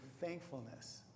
thankfulness